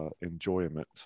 enjoyment